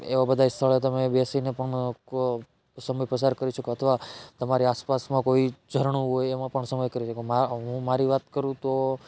એવા બધાંય સ્થળે તમે બેસીને પણ સમય પસાર કરી શકો અથવા તમારી આસપાસમાં કોઈ ઝરણું હોય એમાં પણ સમય કરી શકો હું મારી વાત કરું તો